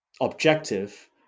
objective